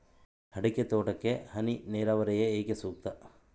ಅಡಿಕೆ ತೋಟಕ್ಕೆ ಹನಿ ನೇರಾವರಿಯೇ ಏಕೆ ಸೂಕ್ತ?